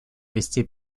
вести